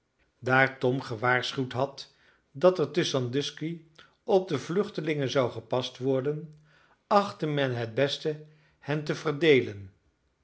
daar tom gewaarschuwd had dat er te sandusky op de vluchtelingen zou gepast worden achtte men het best hen te verdeelen